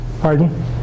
pardon